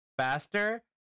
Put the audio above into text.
faster